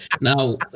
now